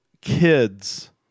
kids